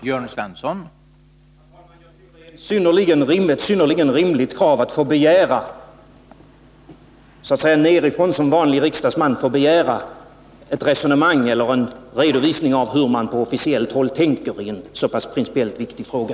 Herr talman! Jag tycker det är ett synnerligen rimligt krav att man som vanlig riksdagsman så att säga nerifrån får begära ett resonemang om eller en redovisning av hur man på officiellt håll tänker i en så pass principiellt viktig fråga.